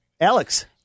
Alex